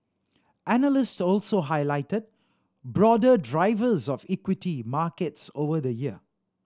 analysts also highlighted broader drivers of equity markets over the year